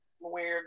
weird